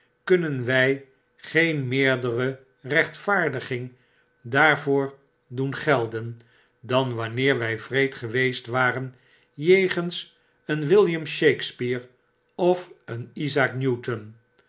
kunnen wy geen meerdere rechtvaardiging daarvoor doen gelden dan wanneer wij wreed geweest waren jegens een william shakespeare of een isaac newton